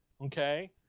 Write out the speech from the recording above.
okay